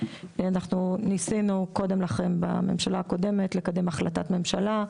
אנחנו ניסינו קודם לכן בממשלה הקודמת לקדם החלטת ממשלה.